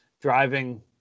driving